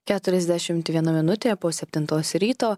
keturiasdšimt viena minutė po septintos ryto